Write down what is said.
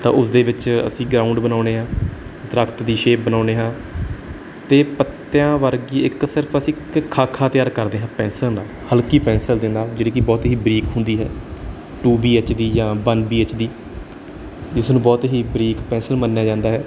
ਤਾਂ ਉਸਦੇ ਵਿੱਚ ਅਸੀਂ ਗਰਾਉਂਡ ਬਣਾਉਂਦੇ ਹਾਂ ਦਰੱਖਤ ਦੀ ਸ਼ੇਪ ਬਣਾਉਂਦੇ ਹਾਂ ਅਤੇ ਪੱਤਿਆਂ ਵਰਗੀ ਇੱਕ ਸਿਰਫ਼ ਅਸੀਂ ਇੱਕ ਖਾਖਾ ਤਿਆਰ ਕਰਦੇ ਹਾਂ ਪੈਨਸਿਲ ਨਾਲ ਹਲਕੀ ਪੈਨਸਿਲ ਦੇ ਨਾਲ ਜਿਹੜੀ ਕਿ ਬਹੁਤ ਹੀ ਬਰੀਕ ਹੁੰਦੀ ਹੈ ਟੂ ਬੀ ਐੱਚ ਦੀ ਜਾਂ ਵਨ ਬੀ ਐੱਚ ਦੀ ਇਸਨੂੰ ਬਹੁਤ ਹੀ ਬਰੀਕ ਪੈਨਸਿਲ ਮੰਨਿਆ ਜਾਂਦਾ ਹੈ